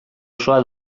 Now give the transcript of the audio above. osoa